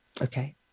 Okay